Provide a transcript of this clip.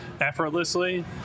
effortlessly